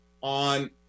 on